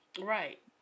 Right